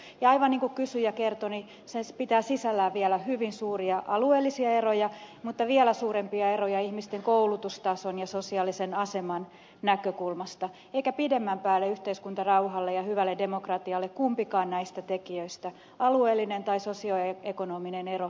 ja aivan niin kuin kysyjä kertoi se pitää sisällään vielä hyvin suuria alueellisia eroja mutta vielä suurempia eroja ihmisten koulutustason ja sosiaalisen aseman näkökulmasta eikä pidemmän päälle yhteiskuntarauhalle ja hyvälle demokratialle kumpikaan näistä tekijöistä alueellinen tai sosioekonominen ero ole hyvästä